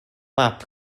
map